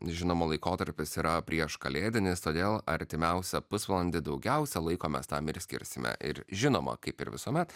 žinoma laikotarpis yra prieškalėdinis todėl artimiausią pusvalandį daugiausia laiko mes tam ir skirsime ir žinoma kaip ir visuomet